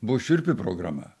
buvo šiurpi programa